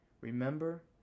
Remember